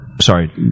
Sorry